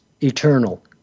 eternal